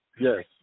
Yes